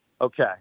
Okay